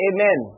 Amen